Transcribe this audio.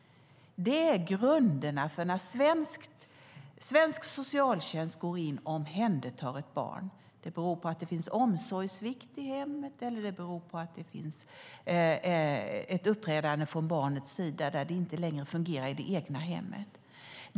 De är grunderna för när svensk socialtjänst går in och omhändertar ett barn. Det beror på att det finns omsorgssvikt i hemmet eller att det finns ett uppträdande från barnets sida där det inte längre fungerar i det egna hemmet.